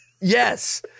yes